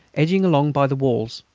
edging along by the walls.